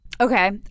Okay